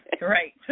Right